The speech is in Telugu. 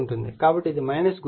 కాబట్టి ఇది గుర్తు అవుతుంది